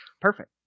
Perfect